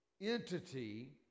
entity